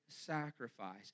sacrifice